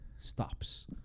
stops